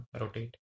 rotate